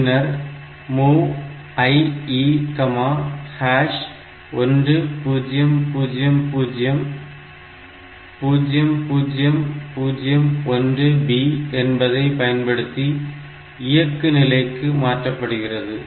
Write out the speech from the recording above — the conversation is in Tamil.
பின்னர் MOV IE1000 0001b என்பதை பயன்படுத்தி இயக்கு நிலைக்கு மாற்றப்படுகிறது